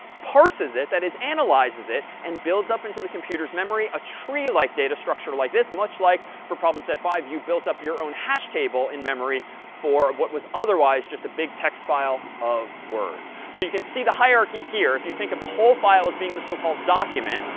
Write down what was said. parses it that is, analyzes it and builds up into the computer's memory a tree-like data structure like this, much like for problem set five, you built up your own hash table in memory for what was otherwise just a big text file of words. so you can see the hierarchy here. if you think of the whole file as being a so-called document,